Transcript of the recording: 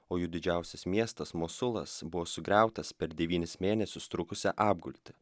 o jų didžiausias miestas musulas buvo sugriautas per devynis mėnesius trukusią apgulti